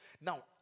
Now